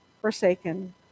forsaken